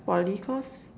Poly course